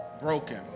Broken